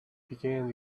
began